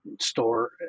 store